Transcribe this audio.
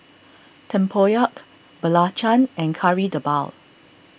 Tempoyak Belacan and Kari Debal